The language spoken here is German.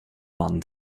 mann